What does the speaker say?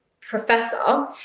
professor